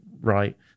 right